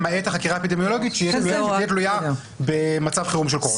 למעט החקירה האפידמיולוגית שתהיה תלויה בתוקפו של חוק הקורונה.